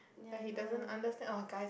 like he doesn't understand or guys